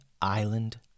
island